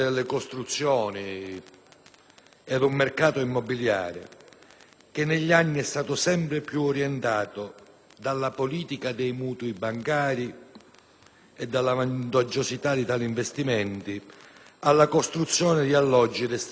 e ad un mercato immobiliare che negli anni sono stati sempre più orientati, dalla politica dei mutui bancari e dalla vantaggiosità di tali investimenti, alla costruzione di alloggi destinati alla vendita.